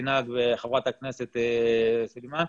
שציינה חברת הכנסת סלימאן.